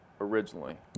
originally